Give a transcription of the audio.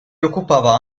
occupava